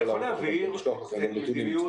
אני יכול גם לשלוח לכם נתונים.